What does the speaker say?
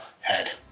head